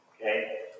Okay